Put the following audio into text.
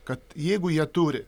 kad jeigu jie turi